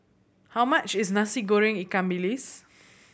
how much is Nasi Goreng ikan bilis